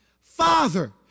Father